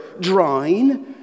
drawing